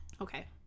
Okay